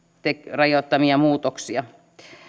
rajoittamia muutoksia